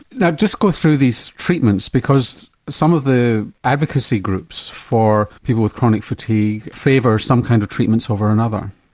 now, just go through these treatments, because some of the advocacy groups for people with chronic fatigue favour some kind of treatments over another.